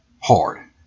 hard